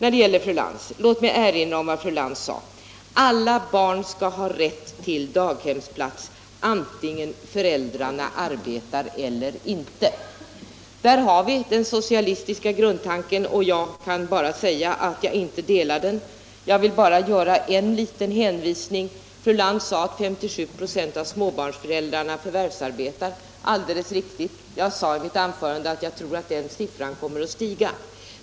Fru Lantz sade att alla barn skall ha rätt till daghemsplats, oavsett om föräldrarna arbetar eller inte. Där har vi den socialistiska grundtanken. Jag omfattar inte den. Fru Lantz sade att 57 96 av småbarnsföräldrarna förvärvsarbetar. Alldeles riktigt! Jag sade också i mitt anförande att jag tror att den siffran kommer att stiga.